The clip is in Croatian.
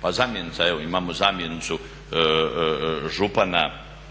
Pa zamjenica je, evo imamo zamjenicu župana